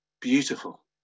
Beautiful